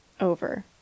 over